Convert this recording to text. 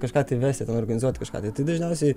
kažką tai vesti ten organizuot kažką tai dažniausiai